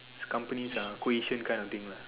companies ah quotidian kind of thing lah